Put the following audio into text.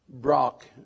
Brock